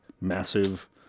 massive